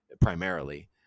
primarily